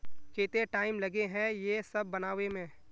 केते टाइम लगे है ये सब बनावे में?